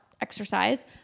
exercise